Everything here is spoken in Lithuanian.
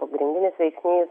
pagrindinis veiksnys